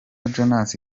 jones